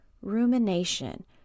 rumination